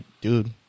dude